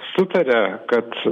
sutaria kad